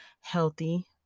healthy